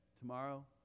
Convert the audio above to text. Tomorrow